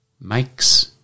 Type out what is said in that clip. Makes